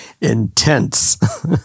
intense